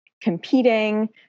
competing